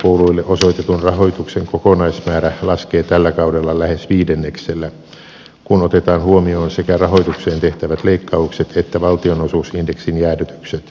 ammattikorkeakouluille osoitetun rahoituksen kokonaismäärä laskee tällä kaudella lähes viidenneksellä kun otetaan huomioon sekä rahoitukseen tehtävät leikkaukset että valtionosuusindeksin jäädytykset